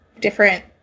different